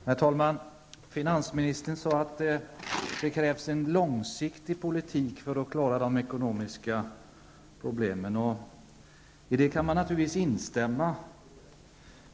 Herr talman! Finansministern sade att det krävs en långsiktig politik för att klara de ekonomiska problemen. I det kan man naturligtvis instämma.